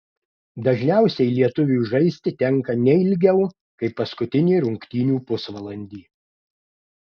dažniausiai lietuviui žaisti tenka ne ilgiau kaip paskutinį rungtynių pusvalandį